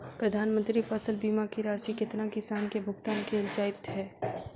प्रधानमंत्री फसल बीमा की राशि केतना किसान केँ भुगतान केल जाइत है?